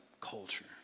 culture